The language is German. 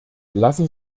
lassen